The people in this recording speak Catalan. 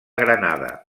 granada